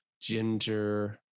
ginger